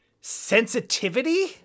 sensitivity